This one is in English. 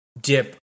dip